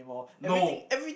no